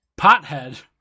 Pothead